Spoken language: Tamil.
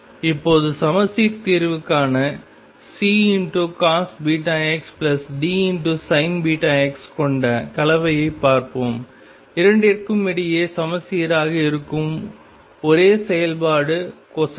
இப்போது சமச்சீர் தீர்வுக்கான Ccos βx Dsin βx கொண்ட கலவையைப் பார்ப்போம் இரண்டிற்கும் இடையே சமச்சீராக இருக்கும் ஒரே செயல்பாடு கொசைன்